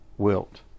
wilt